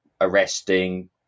arresting